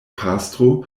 pastro